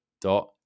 dot